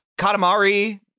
Katamari